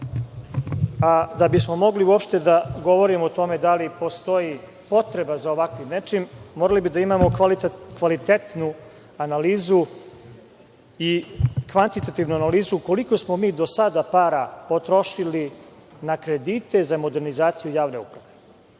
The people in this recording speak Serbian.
a da bismo mogli uopšte da govorimo o tome da li postoji potreba za ovakvim nečim morali bi da imamo kvalitetnu analizu i kvantitativnu analizu koliko smo mi do sada para potrošili na kredite za modernizaciju javne uprave. Tokom